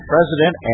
President